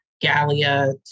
Gallia